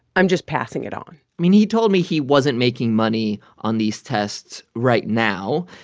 i'm just passing it on i mean, he told me he wasn't making money on these tests right now.